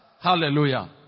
hallelujah